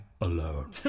alone